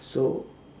so